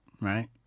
right